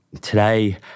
Today